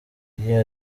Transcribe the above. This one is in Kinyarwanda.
iyo